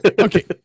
Okay